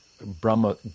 Brahma